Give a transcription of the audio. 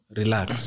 relax